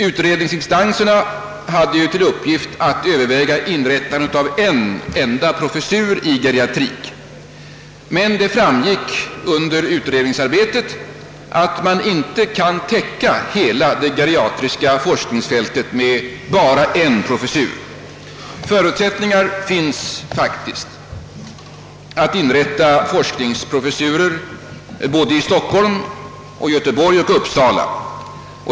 Utredningsinstanserna hade till uppgift att överväga inrättandet av en enda professur i geriatrik. Det framgick emellertid under utredningsarbetet att man inte kunde täcka hela det geriatriska forskningsfältet med endast en professur. Förutsättningar finns faktiskt att inrätta forskningsprofessurer både i Stockholm, Göteborg och Uppsala.